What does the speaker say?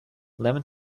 lemon